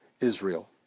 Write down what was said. Israel